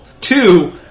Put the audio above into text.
Two